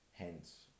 Hence